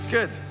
Good